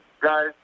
guys